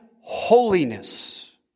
holiness